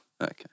Okay